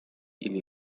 или